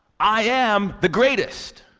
i am the greatest!